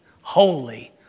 holy